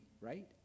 right